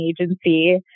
agency